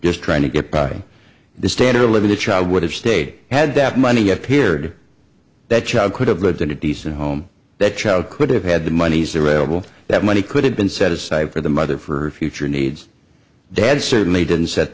just trying to get by the standard of living the child would have stayed had that money appeared that child could have a decent home that child could have had the monies the rail that money could have been set aside for the mother for her future needs dad certainly didn't set